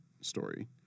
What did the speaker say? story